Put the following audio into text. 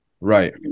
right